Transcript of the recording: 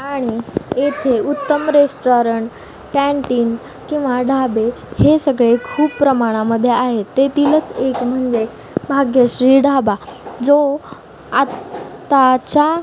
आणि येथे उत्तम रेस्टॉरंट कँटिन किंवा ढाबे हे सगळे खूप प्रमाणामध्ये आहेत तेथीलच एक म्हणजे भाग्यश्री ढाबा जो आत्ताच्या